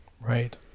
Right